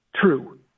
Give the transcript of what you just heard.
True